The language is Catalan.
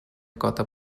cota